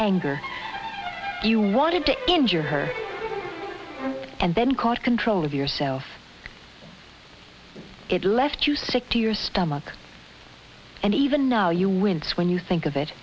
anger you wanted to injure her and then caught control of yourself it left you sick to your stomach and even now you wince when you think of